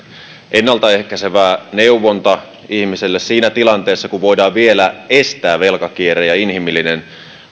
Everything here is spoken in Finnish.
ennalta ehkäisevään neuvontaan ihmiselle siinä tilanteessa kun voidaan vielä estää velkakierre ja inhimillinen